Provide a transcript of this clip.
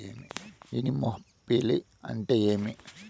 Anemophily అంటే ఏంటి?